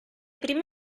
primo